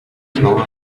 tower